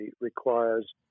requires